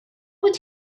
would